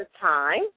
Time